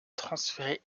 transférer